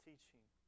Teaching